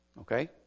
Okay